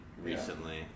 Recently